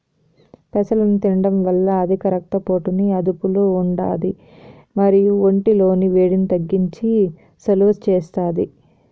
పెసలను తినడం వల్ల అధిక రక్త పోటుని అదుపులో ఉంటాది మరియు ఒంటి లోని వేడిని తగ్గించి సలువ చేస్తాది